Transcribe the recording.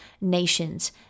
nations